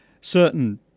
certain